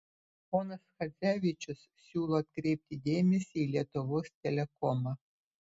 ponas chadzevičius siūlo atkreipti dėmesį į lietuvos telekomą